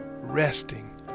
resting